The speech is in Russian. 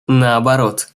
наоборот